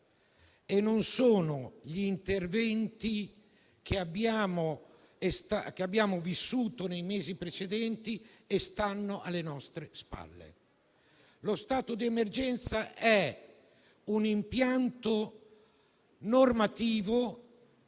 né gli interventi adottati nei mesi precedenti, che stanno alle nostre spalle. Lo stato di emergenza è un impianto normativo